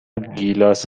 گیلاس